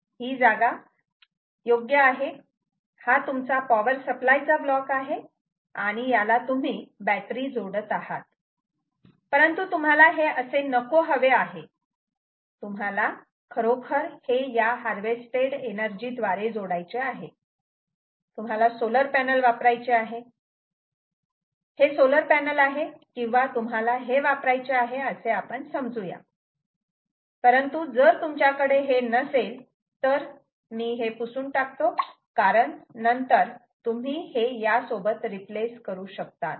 तर ही योग्य जागा आहे हा तुमचा पॉवर सप्लाय चा ब्लॉक आहे आणि याला तुम्ही बॅटरी जोडत आहात परंतु तुम्हाला हे असे नको हवे आहे तुम्हाला खरोखर हे या हार्वेस्टेड एनर्जी द्वारे जोडायचे आहे तुम्हाला सोलर वापरायचे आहे हे सोलर पॅनल आहे किंवा तुम्हाला हे वापरायचे आहे असे आपण समजू या परंतु जर तुमच्याकडे हे नसेल तर मी पुसून टाकतो कारण नंतर तुम्ही हे यासोबत रिप्लेस करू शकतात